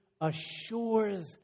assures